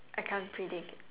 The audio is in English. I can't predict